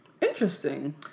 Interesting